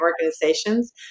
organizations